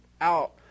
out